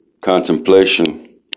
contemplation